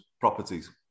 properties